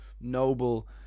noble